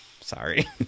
Sorry